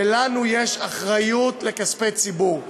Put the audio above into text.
ולנו יש אחריות לכספי ציבור,